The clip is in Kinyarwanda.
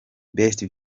best